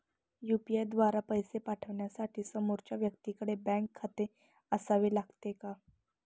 UPI द्वारा पैसे पाठवण्यासाठी समोरच्या व्यक्तीकडे बँक खाते असावे लागते का?